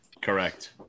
Correct